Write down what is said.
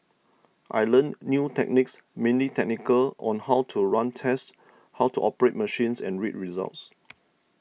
I learnt new techniques mainly technical on how to run tests how to operate machines and read results